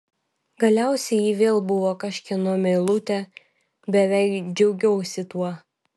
galiausiai ji vėl buvo kažkieno meilutė beveik džiaugiausi tuo